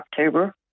October